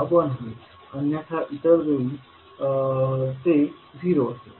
1 होईल अन्यथा इतर वेळी ते झिरो असेल